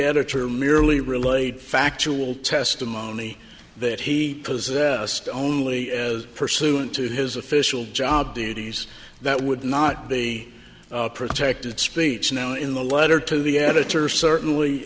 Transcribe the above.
editor merely relayed factual testimony that he possessed only as pursuant to his official job duties that would not be protected speech now in the letter to the editor certainly